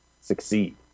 succeed